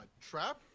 trap